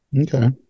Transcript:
okay